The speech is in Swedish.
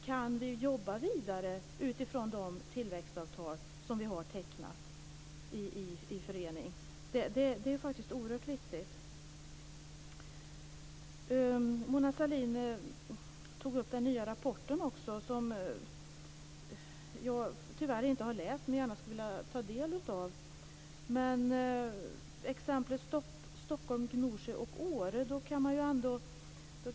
Kan man jobba vidare utifrån de tillväxtavtal som vi har tecknat i förening? Det är oerhört viktigt. Mona Sahlin tog upp den nya rapporten, som jag tyvärr inte har läst men gärna skulle vilja ta del av. Exemplet som togs var Stockholm, Gnosjö och Åre.